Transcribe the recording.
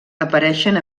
apareixen